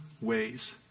ways